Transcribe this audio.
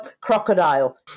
crocodile